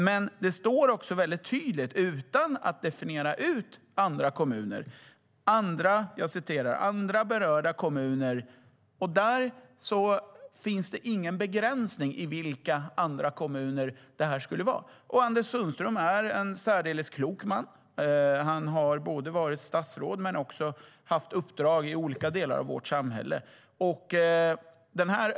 Men det står också väldigt tydligt, utan att definiera andra kommuner, att det finns andra berörda kommuner. Det finns ingen begränsning i vilka andra kommuner det skulle vara. Anders Sundström är en särdeles klok man. Han har varit statsråd men också haft uppdrag i olika delar av vårt samhälle.